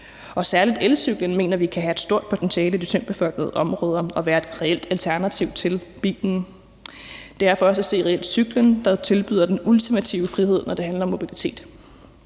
Særlig elcyklen mener vi kan have et stort potentiale i de tyndt befolkede områder og være et reelt alternativ til bilen. Det er for os at se reelt cyklen, der tilbyder den ultimative frihed, når det handler om mobilitet.